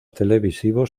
televisivos